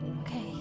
Okay